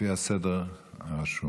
לפי הסדר הרשום.